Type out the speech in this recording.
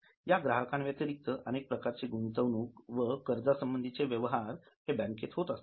या ग्राहकांव्यतिरिक्त अनेक प्रकारचे गुंतवणूक व कार्जासंबंधीचे व्यवहार बँकेत होत असतात